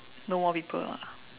no more people ah